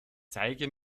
zeige